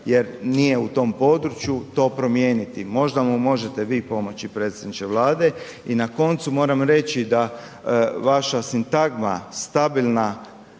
jer nije u tom području to promijeniti, možda mu možete vi pomoći predsjedniče Vlade i na koncu moram reći da vaša sintagma stabilna,